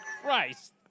Christ